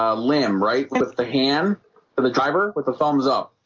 ah limb right with the hand for the driver with the thumbs up.